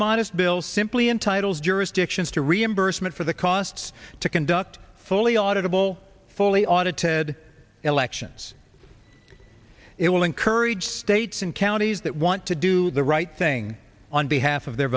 modest bill simply entitles jurisdictions to reimbursement for the costs to conduct fully audit of all fully oughta ted elections it will encourage states and counties that want to do the right thing on behalf of their